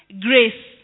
grace